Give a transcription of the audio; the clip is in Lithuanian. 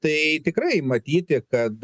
tai tikrai matyti kad